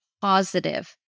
positive